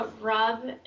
Rob